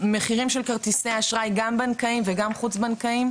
מחירים של כרטיסי אשראי גם בנקאיים וגם חוץ-בנקאיים